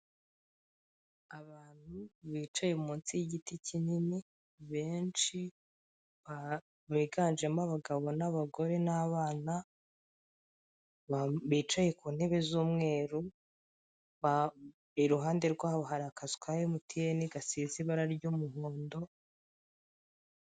Abantu bicaye munsi y'igiti kinini benshi, biganjemo abagabo n'abagore n'abana, bicaye ku ntebe z'umweru, iruhande rwabo hari akazu ka MTN gasize ibara ry'umuhondo...